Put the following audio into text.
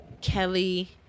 Kelly